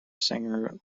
singer